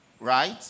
Right